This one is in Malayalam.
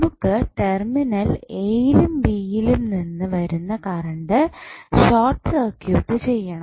നമുക്ക് ടെർമിനൽ എ യിൽ നിന്നും ബി യിൽ നിന്നും വരുന്ന കറണ്ട് ഷോർട്ട് സർക്യൂട്ട് ചെയ്യണം